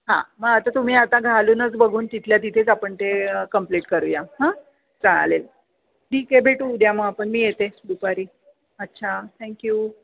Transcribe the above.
हां मग आता तुम्ही आता घालूनच बघून तिथल्या तिथेच आपण ते कम्प्लीट करूया हां चालेल ठीक आहे भेटू उद्या मग आपण मी येते दुपारी अच्छा थँक्यू